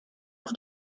auf